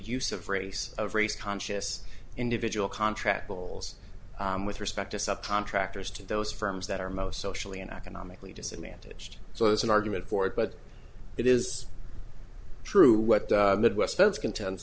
use of race of race conscious individual contract bowls with respect to subcontractors to those firms that are most socially and economically disadvantaged so there's an argument for it but it is true what midwest votes contends